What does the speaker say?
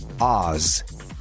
Oz